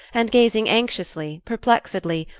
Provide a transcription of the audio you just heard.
and gazing anxiously, perplexedly,